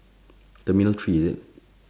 terminal three is it